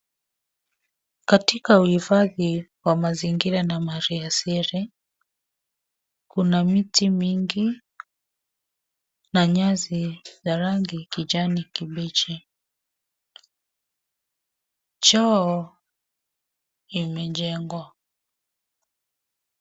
Katika uhifadhi wa mazingira na mali asili kuna miti mingi na nyasi ya kijani kibichi. Choo imejengwa.